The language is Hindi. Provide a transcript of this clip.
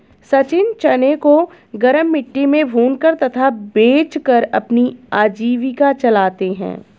सचिन चने को गरम मिट्टी में भूनकर तथा बेचकर अपनी आजीविका चलाते हैं